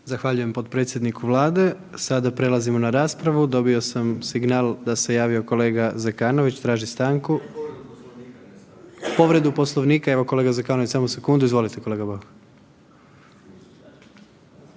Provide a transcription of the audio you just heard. Zahvaljujem potpredsjedniku Vlade. Sada prelazimo na raspravu, dobio sam signal da se javio kolega Zekanović, traži stanku. …/Upadica: povredu Poslovnika/… Povredu Poslovnika, evo kolega Zekanović samo sekundu, izvolite kolega Bauk.